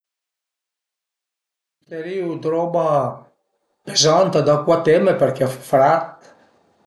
Më purterìa d'roba pezanta, da cuatema perché a fa fret